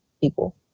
people